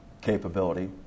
capability